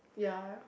ya